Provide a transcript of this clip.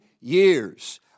years